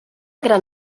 gran